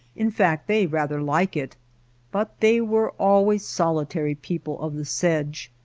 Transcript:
in fact they rather like it but they were always solitary people of the sedge.